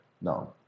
No